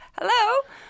Hello